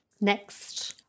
Next